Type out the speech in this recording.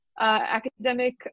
academic